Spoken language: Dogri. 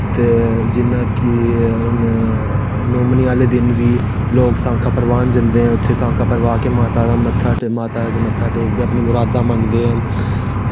जियां कि हून नौमनी आह्ले दिन बी लोग सांखां परवाह्न जंदे ऐं उत्थें सांखां परवाह् के माता दे अग्गे मत्था टेकदे अपनी मुरादां मंगदे ऐं